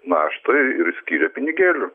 naštą ir skyrė pinigėlių